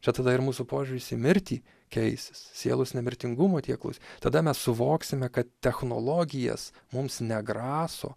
čia tada ir mūsų požiūris į mirtį keisis sielos nemirtingumo tie klau tada mes suvoksime kad technologijos mums ne graso